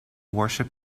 worship